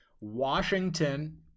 Washington